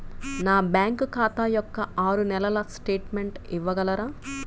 నా బ్యాంకు ఖాతా యొక్క ఆరు నెలల స్టేట్మెంట్ ఇవ్వగలరా?